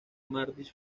martins